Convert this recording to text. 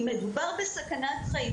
אם מדובר בסכנת חיים,